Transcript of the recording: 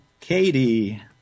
Katie